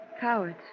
Cowards